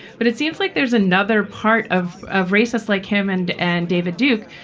but it seems like there's another part of of racists like him and and david duke,